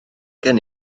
gen